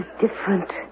different